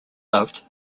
loved